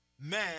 man